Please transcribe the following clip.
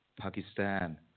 Pakistan